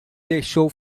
deixou